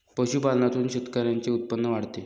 पशुपालनातून शेतकऱ्यांचे उत्पन्न वाढते